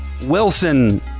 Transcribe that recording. Wilson